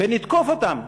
ונתקוף אותם,